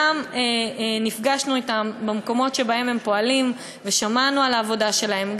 גם נפגשנו אתם במקומות שבהם הם פועלים ושמענו על העבודה שלהם.